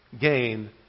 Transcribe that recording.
gain